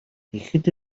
тэгэхэд